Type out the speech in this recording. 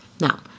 Now